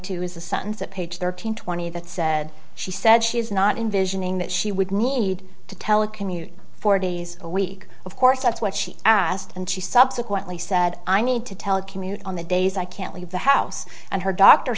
to is a sentence at page thirteen twenty that said she said she's not in visioning that she would need to telecommute four days a week of course that's what she asked and she subsequently said i need to telecommute on the days i can't leave the house and her doctor